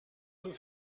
für